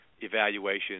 evaluation